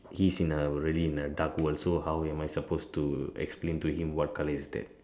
he's in a really in a dark world so how am I suppose to explain to him what colour is that